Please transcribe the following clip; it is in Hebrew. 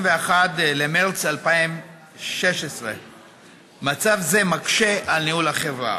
במרס 2016. מצב זה מקשה על ניהול החברה.